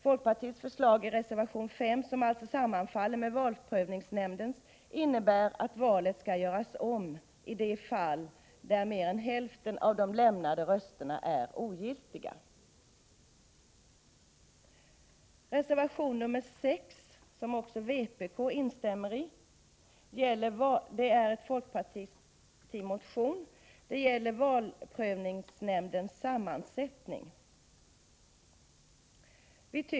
Vårt förslag i reservation 5, som alltså sammanfaller med valprövningsnämndens förslag, innebär att valet skall göras om i de fall där mer än hälften av de lämnade rösterna är ogiltiga. Reservation 6, som också vpk står bakom, grundas på en folkpartimotion om valprövningsnämndens sammansättning.